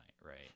right